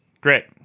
Great